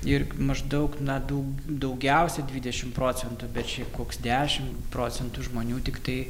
ir maždaug na daug daugiausia dvidešimt procentų bet šiaip koks dešimt procentų žmonių tiktai